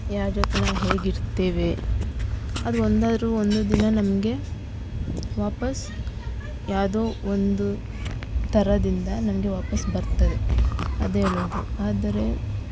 ಯಾರ ಜೊತೆ ನಾವು ಹೇಗಿರ್ತೀವಿ ಅದು ಒಂದಾದರು ಒಂದು ದಿನ ನಮಗೆ ವಾಪಸ್ ಯಾವುದೋ ಒಂದು ಥರದಿಂದ ನಮಗೆ ವಾಪಸ್ ಬರ್ತದೆ ಅದೆ ಹೇಳೋದು ಆದರೆ